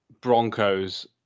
Broncos